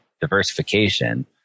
diversification